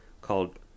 called